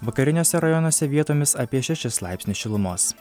vakariniuose rajonuose vietomis apie šešis laipsnius šilumos